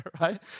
Right